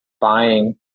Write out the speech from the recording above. buying